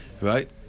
Right